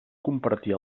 compartir